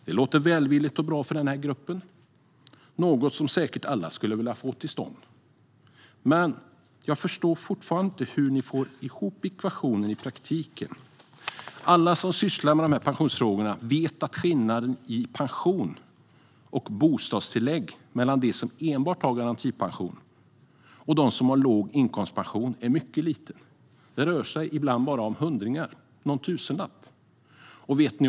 Det låter välvilligt och bra för denna grupp, något som säkert alla skulle vilja få till stånd. Men jag förstår fortfarande inte hur ni får ihop ekvationen i praktiken. Alla som sysslar med pensionsfrågor vet att skillnaden i pension och bostadstillägg mellan dem som enbart har garantipension och dem som har låg inkomstpension är mycket liten. Det rör sig ibland bara om hundringar eller någon tusenlapp.